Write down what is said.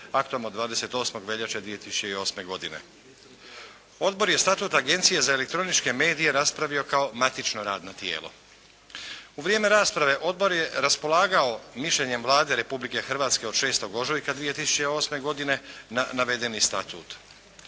aktom od 28. veljače 2008. godine. Odbor je Statut Agencije za elektroničke medije raspravio kao matično radno tijelo. U vrijeme rasprave Odbor je raspolagao mišljenjem Vlade Republike Hrvatske od 6. ožujka 2008. godine, na navedeni statut.